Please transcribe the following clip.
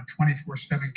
24-7